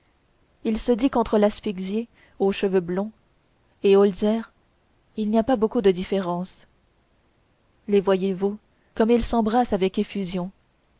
il se dit qu'entre l'asphyxié aux cheveux blonds et holzer il n'y a pas beaucoup de différence les voyez-vous comme ils s'embrassent avec effusion